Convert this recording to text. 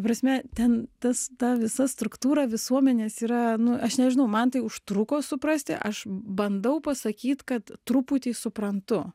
ta prasme ten tas ta visa struktūra visuomenės yra nu aš nežinau man tai užtruko suprasti aš bandau pasakyt kad truputį suprantu